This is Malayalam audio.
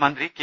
മന്ത്രി കെ